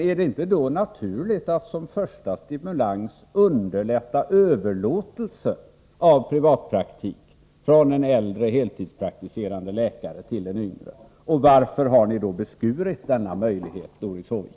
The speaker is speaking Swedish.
Är det inte då naturligt att som första stimulans underlätta överlåtelse av privatpraktik från en äldre heltidspraktiserande läkare till en yngre. Varför har ni beskurit denna möjlighet, Doris Håvik?